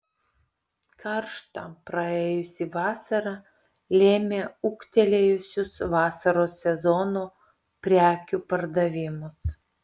karšta praėjusi vasara lėmė ūgtelėjusius vasaros sezono prekių pardavimus